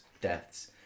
deaths